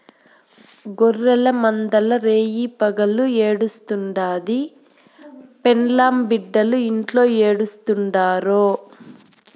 గొర్రెల మందల్ల రేయిపగులు గడుస్తుండాది, పెండ్లాం బిడ్డలు ఇంట్లో ఎట్టుండారో